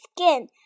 skin